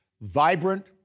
vibrant